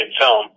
film